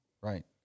Right